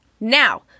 Now